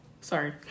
Sorry